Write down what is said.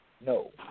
no